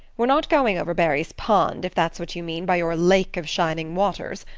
we're not going over barry's pond, if that's what you mean by your lake of shining waters.